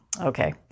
okay